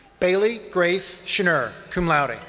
bailey grace schner, cum laude.